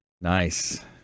nice